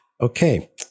Okay